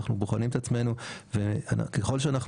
אנחנו בוחנים את עצמנו וכל הזמן,